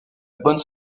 bonne